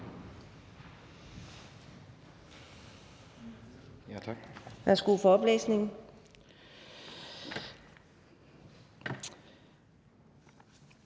Værsgo for oplæsning.